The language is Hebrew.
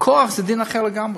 בכוח, זה דין אחר לגמרי,